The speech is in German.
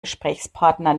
gesprächspartner